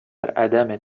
عدم